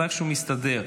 איכשהו אתה מסתדר.